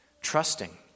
trusting